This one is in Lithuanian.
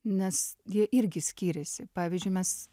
nes jie irgi skiriasi pavyzdžiui mes